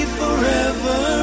forever